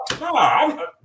No